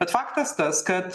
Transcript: bet faktas tas kad